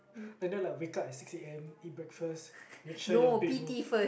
you know like wake up at six A_M eat breakfast make sure your bedroom